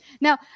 Now